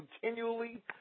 continually